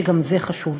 וגם זה חשוב,